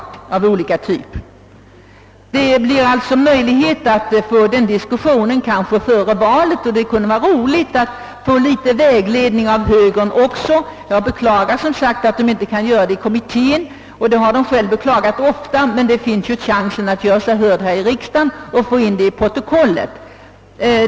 Vi får kanske möjlighet att diskutera dessa frågor före valet, och det vore roligt att få litet vägledning av högern också. Jag beklagar att medlemmar av högerpartiet inte kan framföra sina åsikter i kommittén — det har de själva ofta beklagat — men högern har ju chans att göra sig hörd här i riksdagen och få in det i protokollet.